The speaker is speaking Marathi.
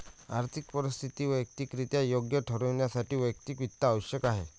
आर्थिक परिस्थिती वैयक्तिकरित्या योग्य ठेवण्यासाठी वैयक्तिक वित्त आवश्यक आहे